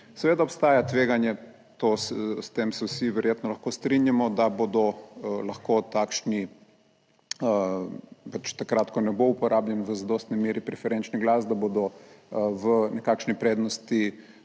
Seveda obstaja tveganje, s tem se vsi verjetno lahko strinjamo, da bodo lahko takšni pač takrat, ko ne bo uporabljen v zadostni meri preferenčni glas, da bodo v nekakšni prednosti